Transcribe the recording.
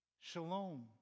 shalom